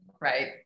right